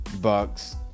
Bucks